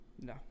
No